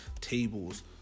tables